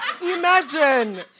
Imagine